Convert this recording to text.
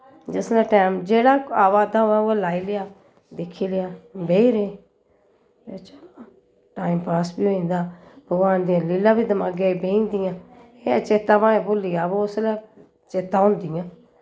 जिसलै टैम जेह्ड़ा अवा दा होऐ उयै लाई लेआ दिक्खी लेआ बहेई रेह् बिच टाईम पास वी होई जंदा भगवान दियां लीलां बी दमागे च बेही जंदियां एह् चेत्ता भाएं भुल्ली जा वा उसलै चेत्ता होंदियां